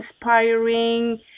inspiring